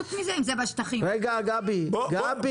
חוץ מזה אם זה בשטחים --- רגע, גבי, גבי.